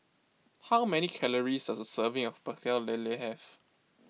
how many calories does a serving of Pecel Lele have